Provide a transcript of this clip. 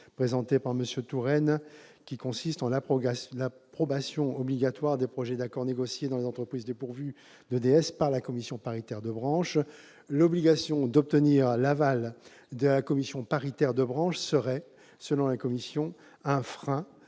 présenté par M. Tourenne, tend à introduire l'approbation obligatoire des projets d'accords négociés dans les entreprises dépourvues de délégué syndical par la commission paritaire de branche. L'obligation d'obtenir l'aval de la commission paritaire de branche serait, selon la commission, un frein